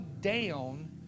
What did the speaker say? down